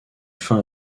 fins